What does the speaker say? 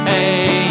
Hey